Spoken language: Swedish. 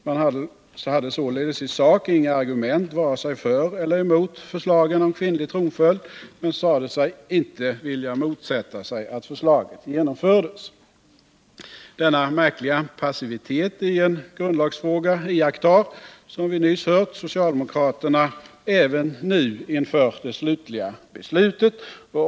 Man hade således i sak inga argument vare sig för eller emot förslaget om kvinnlig tronföljd men sade sig inte vilja motsätta sig att förslaget genomfördes. Denna märkliga passivitet i en grundlagsfråga iakttar, som vi nyss hört, socialdemokraterna även nu inför det slutliga beslutet.